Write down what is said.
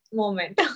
moment